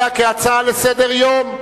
אלא כהצעה לסדר-היום,